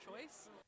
choice